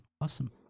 awesome